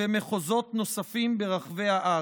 נוספים ברחבי הארץ.